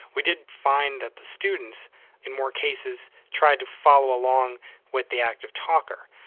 we did find that the students in more cases tried to follow along with the active talker.